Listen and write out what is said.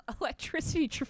electricity